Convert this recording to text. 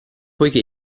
poiché